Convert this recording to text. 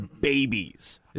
babies